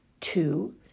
Two